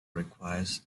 requires